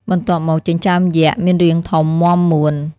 បន្ទាប់មក ចិញ្ចើមយក្ស មានរាងធំ មាំមួន។